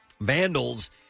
Vandals